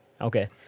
Okay